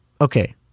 Okay